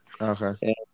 Okay